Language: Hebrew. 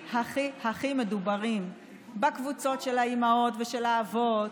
הכי הכי מדוברים בקבוצות של האימהות ושל האבות,